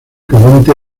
carente